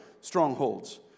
strongholds